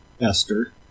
Esther